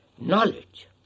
knowledge